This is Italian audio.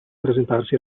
presentarsi